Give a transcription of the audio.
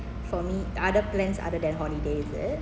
for me other plans other than holiday is it